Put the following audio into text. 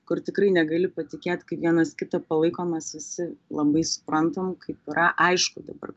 kur tikrai negali patikėt kaip vienas kito palaikomas esi labai suprantam kaip yra aišku dabar